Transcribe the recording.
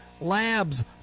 Labs